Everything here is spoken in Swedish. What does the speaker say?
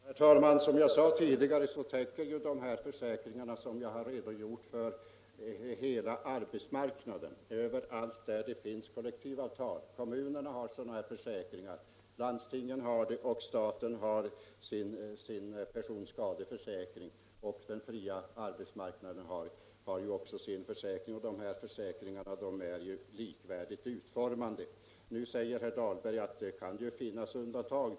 Herr talman! Som jag tidigare sade täcker de försäkringar som jag redogjorde för hela arbetsmarknaden där det finns kollektivavtal. Kommunerna och landstingen har sådana försäkringar, och staten har sin personskadeförsäkring. Även den fria arbetsmarknaden har sin försäkring. Dessa försäkringar är likvärdigt utformade. Nu säger herr Dahlberg att det kan finnas undantag.